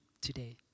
today